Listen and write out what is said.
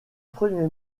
premier